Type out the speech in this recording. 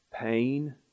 pain